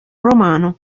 romano